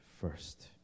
first